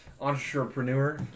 entrepreneur